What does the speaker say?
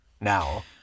now